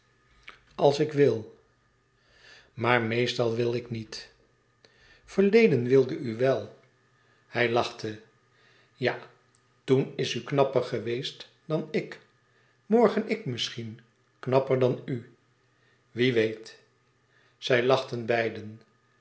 als ik wil maar meestal wil ik niet verleden wilde u wel hij lachte ja toen is u knapper geweest dan ik morgen ik misschien knapper dan u wie weet zij lachten beiden